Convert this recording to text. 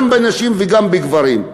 גם בנשים וגם בגברים?